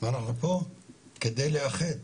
אנחנו פה כדי לאחד,